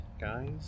guys